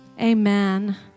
amen